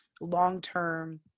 long-term